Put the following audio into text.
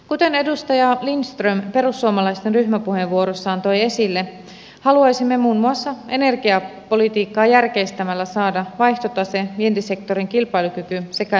kuten edustaja lindström perussuomalaisten ryhmäpuheenvuorossaan toi esille haluaisimme muun muassa energiapolitiikkaa järkeistämällä saada vaihtotaseen vientisektorin kilpailukyvyn sekä ympäristön kuntoon